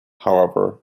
however